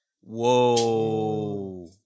Whoa